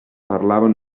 parlaven